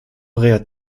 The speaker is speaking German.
read